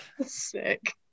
Sick